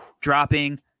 dropping